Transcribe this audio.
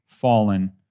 Fallen